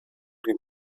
den